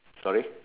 sorry